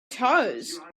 toes